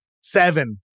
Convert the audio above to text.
seven